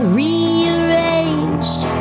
rearranged